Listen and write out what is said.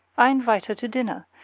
i invite her to dinner,